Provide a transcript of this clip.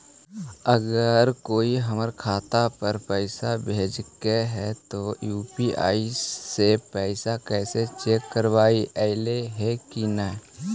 अगर कोइ हमर खाता पर पैसा भेजलके हे त यु.पी.आई से पैसबा कैसे चेक करबइ ऐले हे कि न?